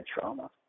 trauma